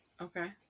Okay